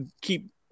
keep